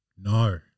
No